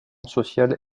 sociale